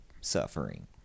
suffering